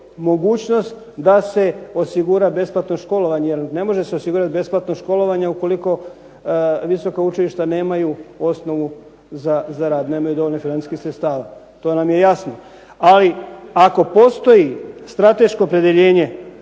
mogućnost da se osigura besplatno školovanje. Jer ne može se osigurati besplatno školovanje ukoliko visoka učilišta nemaju osnovu za rad, nemaju dovoljno financijskih sredstava. To nam je jasno. Ali ako postoji strateško opredjeljenje